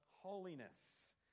holiness